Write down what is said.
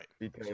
Right